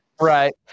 Right